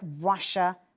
Russia